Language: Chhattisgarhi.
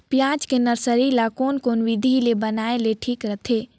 पियाज के नर्सरी ला कोन कोन विधि ले बनाय ले ठीक रथे?